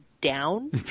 down